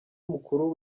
mukuru